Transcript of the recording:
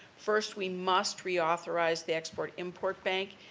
first, we must reauthorize the export import bank.